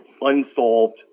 unsolved